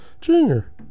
Junior